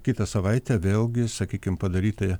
kitą savaitę vėlgi sakykim padaryti